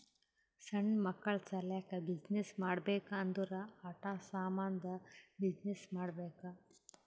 ಸಣ್ಣು ಮಕ್ಕುಳ ಸಲ್ಯಾಕ್ ಬಿಸಿನ್ನೆಸ್ ಮಾಡ್ಬೇಕ್ ಅಂದುರ್ ಆಟಾ ಸಾಮಂದ್ ಬಿಸಿನ್ನೆಸ್ ಮಾಡ್ಬೇಕ್